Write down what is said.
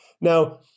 Now